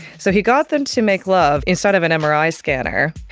so he got them to make love inside of an mri scanner,